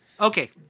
Okay